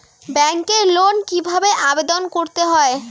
ব্যাংকে লোন কিভাবে আবেদন করতে হয়?